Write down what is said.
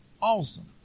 awesome